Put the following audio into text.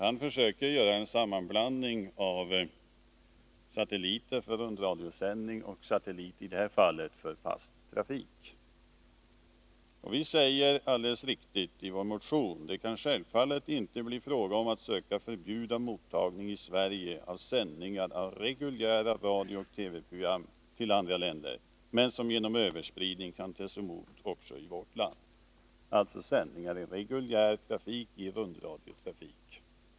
Han försöker göra en sammanblandning av satelliter för rundradiosändning och — i det här fallet — en satellit för fast trafik. Det är alldeles riktigt att vi säger i vår motion: ”Det kan självfallet inte bli fråga om att söka förbjuda mottagning i Sverige av sändningar av reguljära radiooch TV-program till andra länder men som genom överspridningen kan tas emot också i vårt land.” Det gäller alltså sändningar i reguljär trafik och rundradiotrafik.